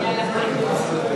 להעביר את הצעת חוק התפזרות